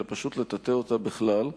אלא פשוט לטאטא אותה בכלל,